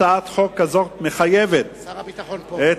הצעת חוק כזאת מחייבת את המשרדים,